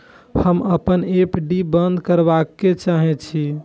हम अपन एफ.डी बंद करबा के चाहे छी